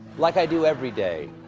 like i do every day.